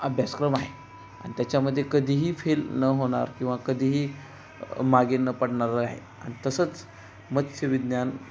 अभ्यासक्रम आहे आणि त्याच्यामध्ये कधीही फेल न होणार किंवा कधीही मागे न पडणार आहे आणि तसंच मत्स्य विज्ञान